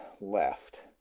left